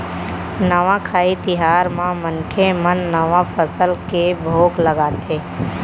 नवाखाई तिहार म मनखे मन नवा फसल के भोग लगाथे